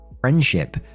friendship